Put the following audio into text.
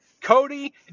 Cody